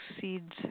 seeds